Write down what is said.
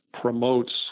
promotes